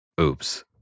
Oops